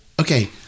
okay